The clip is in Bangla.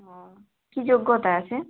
ও কি যোগ্যতা আছে